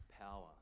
power